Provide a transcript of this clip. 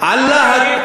אני,